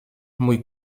mój